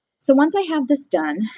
so once i have this done,